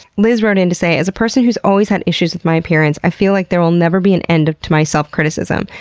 liz wrote in to say, as a person who's always had issues with my appearance, i feel like there will never be an end to my self-criticism.